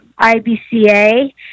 IBCA